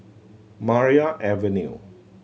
Maria Avenue